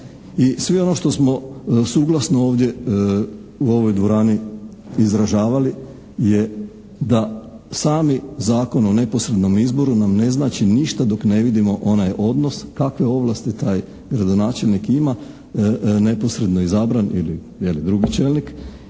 sve ono što smo suglasno ovdje u ovoj dvorani izražavali je da sami Zakon o neposrednom izboru nam ne znači ništa dok ne vidimo onaj odnos kakve ovlasti taj gradonačelnik ima neposredno izabran ili drugi čelnik,